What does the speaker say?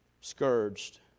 scourged